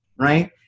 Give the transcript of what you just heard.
right